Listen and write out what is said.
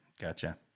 Gotcha